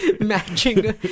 matching